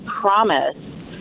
promise